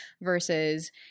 versus